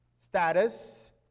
status